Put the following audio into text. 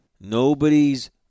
Nobody's